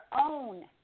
own